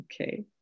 Okay